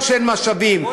גם כשאין משאבים,